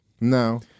no